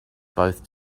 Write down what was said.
both